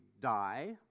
die